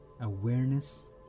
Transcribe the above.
awareness